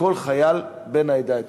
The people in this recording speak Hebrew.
לכל חייל בן העדה האתיופית.